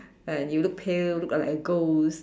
and you look pale look like a ghost